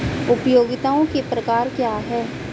उपयोगिताओं के प्रकार क्या हैं?